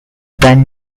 band